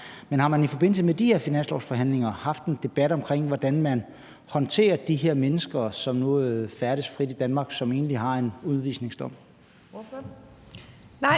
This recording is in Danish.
Men har man i forbindelse med de her finanslovsforhandlinger haft en debat omkring, hvordan man håndterer de mennesker, som nu færdes frit i Danmark, og som egentlig har en udvisningsdom?